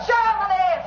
Germany